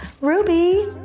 ruby